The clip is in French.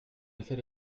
effet